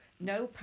no